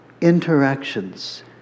interactions